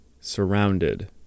surrounded